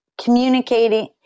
communicating